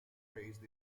raised